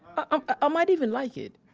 i ah might even like it.